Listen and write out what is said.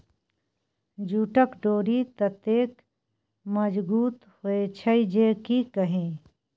जूटक डोरि ततेक मजगुत होए छै जे की कही